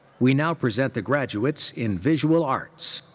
we now present the graduates in visual arts.